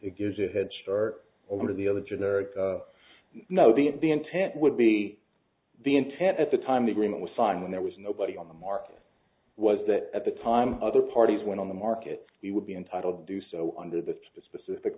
it gives a head start over the other generic no the at the intent would be the intent at the time agreement was signed when there was nobody on the market was that at the time other parties went on the market he would be entitled to do so under the specific